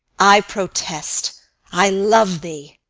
i protest i love thee.